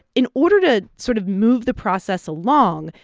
in order to sort of move the process along,